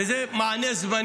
וזה יכול להיות גם מענה זמני.